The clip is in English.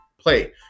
play